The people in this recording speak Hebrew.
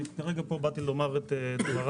אני כרגע פה באתי לומר את דבריי,